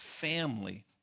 family